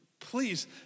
please